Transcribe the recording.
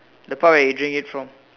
the part where he drink it from